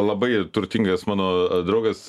labai turtingas mano draugas